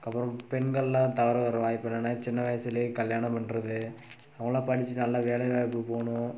அப்புறம் பெண்களெலாம் தவற விடுற வாய்ப்பு என்னென்னா சின்ன வயசிலே கல்யாணம் பண்ணுறது அவங்களாம் படிச்சு நல்ல வேலை வாய்ப்புக்கு போகணும்